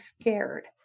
scared